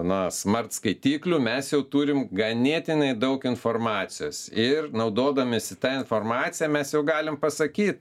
na smart skaitiklių mes jau turim ganėtinai daug informacijos ir naudodamiesi ta informacija mes jau galim pasakyt